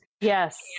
Yes